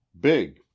big